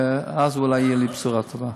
ואז אולי תהיה לי בשורה טובה.